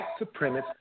supremacist